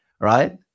right